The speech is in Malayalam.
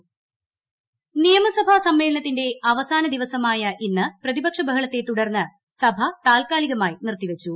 നിയമസഭ നിയമസഭാ സമ്മേളനത്തിന്റെ അവസാന ദിവസമായ ഇന്ന് പ്രതിപക്ഷ ബഹളത്തെ തുടർന്ന് സഭ താൽക്കാലികമായി നിർത്തിവച്ചു